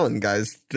guys